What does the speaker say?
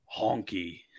Honky